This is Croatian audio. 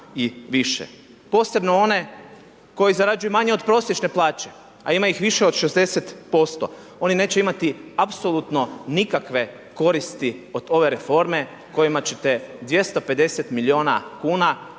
Posebno one koji zarađuju manje od prosječne plaće, a ima ih više od 60%. Oni neće imati apsolutno nikakve koristi od ove reforme kojima ćete 250 miliona kuna